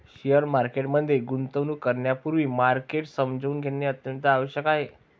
share market मध्ये गुंतवणूक करण्यापूर्वी मार्केट समजून घेणे अत्यंत आवश्यक आहे